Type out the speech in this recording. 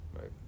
Right